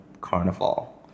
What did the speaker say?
carnival